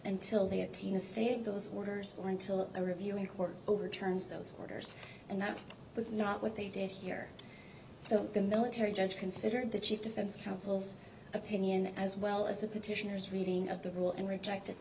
until they attain a stand those orders or until they review a court overturns those orders and that was not what they did here so the military judge considered that she defense counsel's opinion as well as the petitioners reading of the rule and rejected